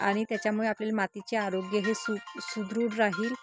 आणि त्याच्यामुळे आपल्याला मातीचे आरोग्य हे सु सुदृढ राहील